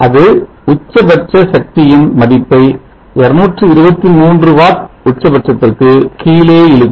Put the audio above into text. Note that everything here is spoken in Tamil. அது உச்சபட்ச சக்தியின் மதிப்பை 223 வாட் உச்சபட்சத்துக்கு கீழே இழுக்கும்